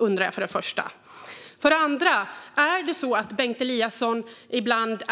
Känner Bengt Eliasson ibland